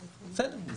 בסדר,